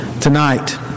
Tonight